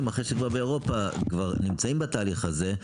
אחרי שבאירופה כבר נמצאים בתהליך הזה,